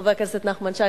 חבר הכנסת נחמן שי,